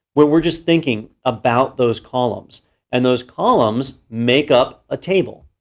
where we're just thinking about those columns and those columns make up a table.